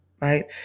right